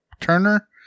Turner